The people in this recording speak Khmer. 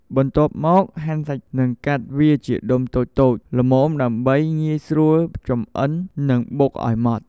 បន្ទាប់មកហាន់សាច់ និងកាត់វាជាដុំតូចៗល្មមដើម្បីងាយស្រួលចម្អិននិងបុកឱ្យម៉ដ្ឋ។